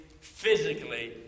physically